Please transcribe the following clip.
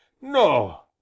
No